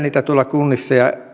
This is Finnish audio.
kunnissa ja